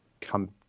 Come